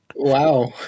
Wow